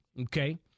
okay